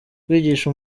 kwigisha